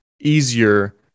easier